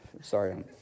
Sorry